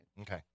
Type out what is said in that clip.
Okay